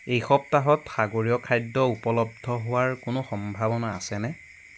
এই সপ্তাহত সাগৰীয় খাদ্য উপলব্ধ হোৱাৰ কোনো সম্ভাৱনা আছেনে